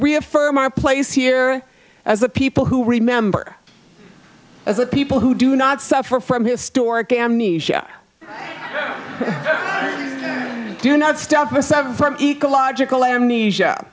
we reaffirm our place here as a people who remember as a people who do not suffer from historic amnesia do not step aside from ecological amnesia